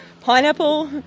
Pineapple